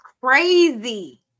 Crazy